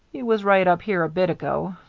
he was right up here a bit ago.